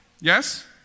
yes